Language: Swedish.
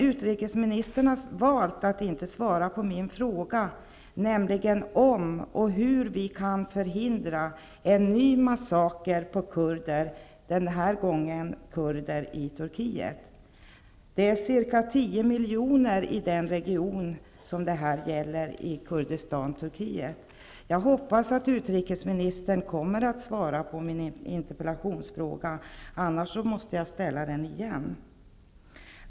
Utrikesministern har emellertid valt att inte svara på min fråga om och i så fall hur vi kan förhindra en ny massaker på kurder, den här gången kurder i Det är ca 10 miljoner människor i den region i Kurdistan-Turkiet som det här handlar om. Jag hoppas att utrikesministern kommer att svara på frågan i min interpellation, annars måste jag upprepa den.